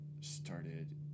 started